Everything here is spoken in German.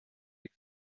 die